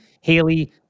Haley